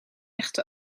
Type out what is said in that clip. echte